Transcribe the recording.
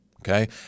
Okay